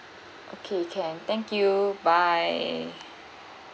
okay can thank you bye